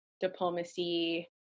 diplomacy